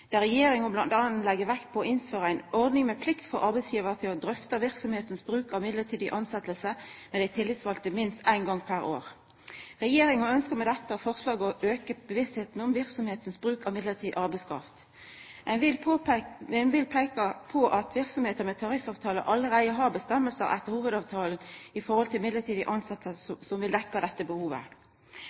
vekt på å innføra ei ordning med plikt for arbeidsgivar til å drøfta verksemda sin bruk av midlertidige tilsetjingar med dei tillitsvalde minst ein gong per år. Regjeringa ønskjer med dette forslaget å auka bevisstheita om verksemda sin bruk av midlertidig arbeidskraft. Mindretalet vil peika på at verksemder med tariffavtaler allereie har føresegner etter hovudavtalen i forhold til midlertidige tilsetjingar som vil dekkja dette behovet.